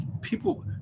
People